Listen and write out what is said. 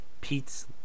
Pete's